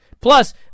Plus